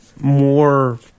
more –